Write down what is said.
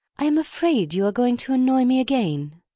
i am afraid you are going to annoy me again.